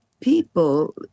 people